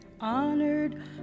honored